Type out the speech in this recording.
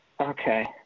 Okay